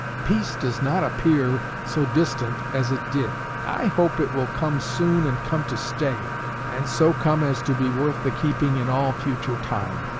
peace does not appear so distant as it did. i hope it will come soon and come to stay and so come as to be worth the keeping in all future time.